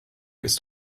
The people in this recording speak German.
ist